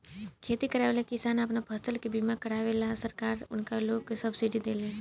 खेती करेवाला किसान आपन फसल के बीमा करावेलन आ सरकार उनका लोग के सब्सिडी देले